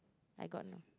I got no